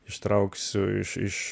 ištrauksiu iš iš